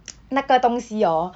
那个东西 hor